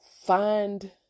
find